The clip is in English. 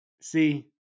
See